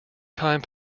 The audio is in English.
time